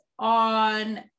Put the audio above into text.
on